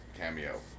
cameo